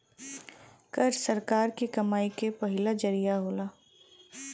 कर सरकार के कमाई के पहिला जरिया होला